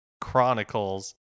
chronicles